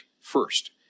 first